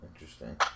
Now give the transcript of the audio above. Interesting